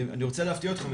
אני רוצה להפתיע אתכם,